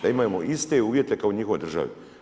Da imamo iste uvjete kao u njihovoj državi.